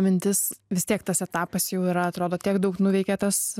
mintis vis tiek tas etapas jau yra atrodo tiek daug nuveikė tas